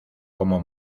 como